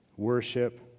worship